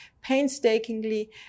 painstakingly